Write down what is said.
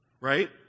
Right